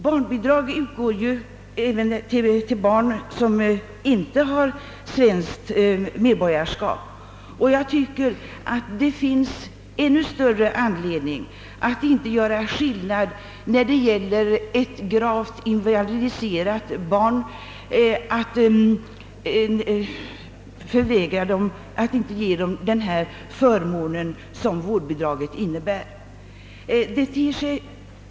Barnbidrag utgår även till barn som inte har svenskt medborgarskap, och enligt min mening finns ännu större anledning att inte göra någon skillnad när det gäller ett gravt invalidiserat barn, utan ge det den förmån som vårdbidraget innebär.